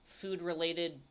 food-related